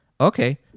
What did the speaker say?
Okay